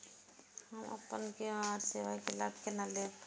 हम अपन यू.पी.आई सेवा के लाभ केना लैब?